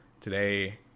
Today